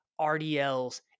RDLs